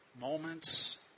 moments